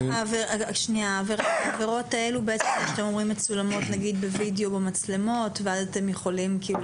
העבירות האלו מצולמות בווידאו ואז אתם יכולים?